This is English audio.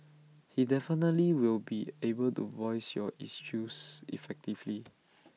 he definitely will be able to voice your issues effectively